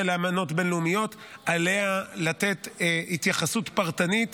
לאמנות בין-לאומיות עליה לתת התייחסות פרטנית,